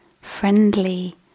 friendly